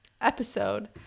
episode